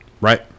Right